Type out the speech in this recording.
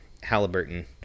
Halliburton